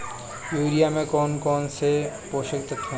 Urea में कौन कौन से पोषक तत्व है?